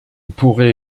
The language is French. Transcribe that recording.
pourrait